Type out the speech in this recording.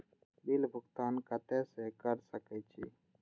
Bill भुगतान केते से कर सके छी?